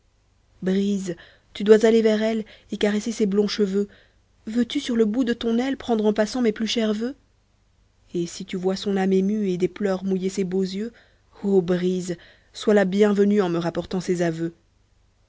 brise tu dois aller vers elle et caresser ses blonds cheveux veux-tu sur le bout de ton aile prendre en passant mes plus chers voeux et si tu vois son âme émue et des pleurs mouiller ses beaux yeux o brise sois la bienvenue en me rapportant ses aveux